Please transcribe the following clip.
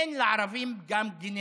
אין לערבים פגם גנטי.